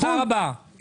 תודה רבה.